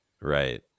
Right